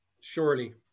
Surely